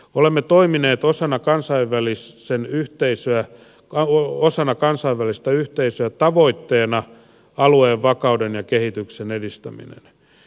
olemme toimineet osana kansainvälistä yhteisöä tavoitteena alueen vakauden ja kehityksen edistäminen